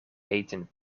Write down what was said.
eten